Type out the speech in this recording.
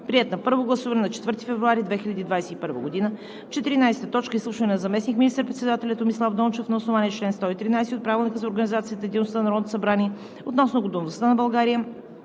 Приет на първо гласуване на 4 февруари 2021 г. 14. Изслушване на заместник министър-председателя Томислав Дончев на основание чл. 113 от Правилника за организацията и дейността на Народното събрание относно готовността на България